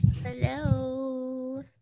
hello